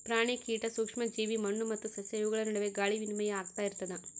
ಪ್ರಾಣಿ ಕೀಟ ಸೂಕ್ಷ್ಮ ಜೀವಿ ಮಣ್ಣು ಮತ್ತು ಸಸ್ಯ ಇವುಗಳ ನಡುವೆ ಗಾಳಿ ವಿನಿಮಯ ಆಗ್ತಾ ಇರ್ತದ